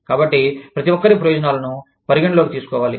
కాబట్టి ప్రతి ఒక్కరి ప్రయోజనాలను పరిగణనలోకి తీసుకోవాలి